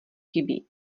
chybí